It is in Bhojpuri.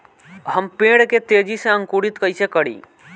हम पेड़ के तेजी से अंकुरित कईसे करि?